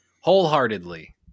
wholeheartedly